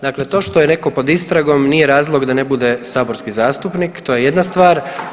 Dakle, to što je netko pod istragom nije razlog da ne bude saborski zastupnik to je jedna stvar.